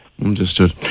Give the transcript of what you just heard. Understood